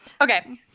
Okay